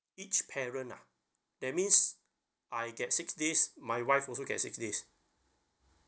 ya each parent ah that means I get six days my wife also get six days